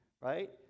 right